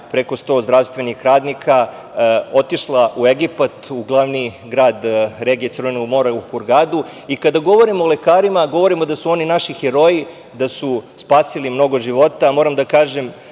preko 100 zdravstvenih radnika, u Egipat, u glavni grad regije Crvenog mora, u Hurgadu i kada govorimo o lekarima govorimo da su oni naši heroji, da su spasili mnogo života. U ovoj delegaciji,